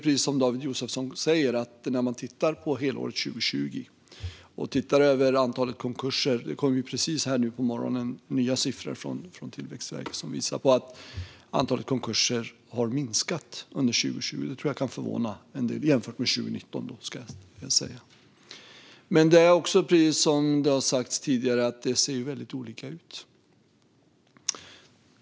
David Josefsson talar om antalet konkurser under helåret 2020, och det kom precis här nu på morgonen nya siffror från Tillväxtverket som visar på att antalet konkurser har minskat under 2020 jämfört med 2019. Det tror jag kan förvåna en del personer. Precis som det har sagts tidigare ser det väldigt olika ut.